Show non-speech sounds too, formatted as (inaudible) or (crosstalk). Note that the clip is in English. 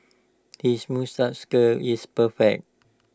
his (unintelligible) curl is perfect